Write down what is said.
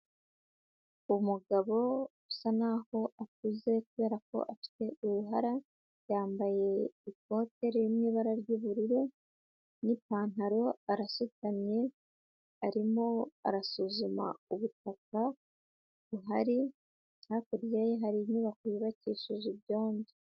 Umugabo usa naho akuze kubera ko afite uruhara, yambaye ikote riri mu ibara ry'ubururu n'ipantaro, arasutamye arimo arasuzuma ubutaka buhari, hakurya ye hari inyubako yubakishije ibyondo.